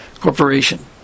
Corporation